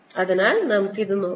അതിനാൽ നമുക്ക് ഇത് നോക്കാം